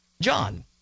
john